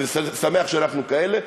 ושמח שאנחנו כאלה,